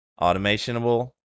automationable